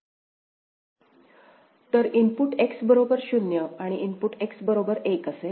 तर input X बरोबर 0 आणि इनपुट X बरोबर 1 असेल